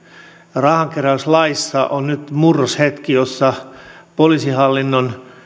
rahankeräyslaissa on nyt murroshetki jossa poliisihallinnon